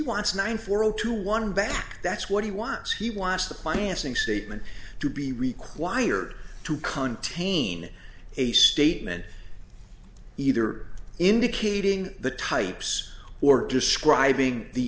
wants nine four zero to one back that's what he wants he wants the financing statement to be required to con tain a statement either indicating the types or describing the